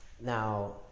now